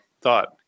thought